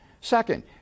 Second